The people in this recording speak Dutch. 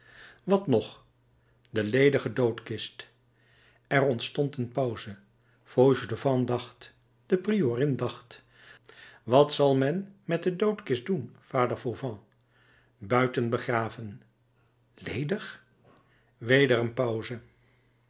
wat nog de ledige doodkist er ontstond een pauze fauchelevent dacht de priorin dacht wat zal men met de doodkist doen vader fauvent buiten begraven ledig weder een pauze